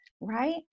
Right